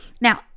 Now